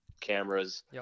cameras